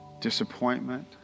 disappointment